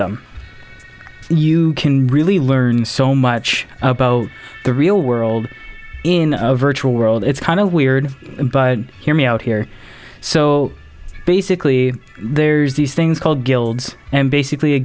and you can really learn so much about the real world in the virtual world it's kind of weird but hear me out here so basically there's these things called guilds and basically a